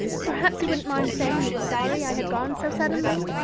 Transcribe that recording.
perhaps you wouldn't mind saying you were sorry i had gone so suddenly.